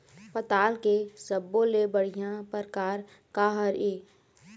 पताल के सब्बो ले बढ़िया परकार काहर ए?